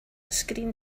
screen